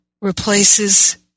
replaces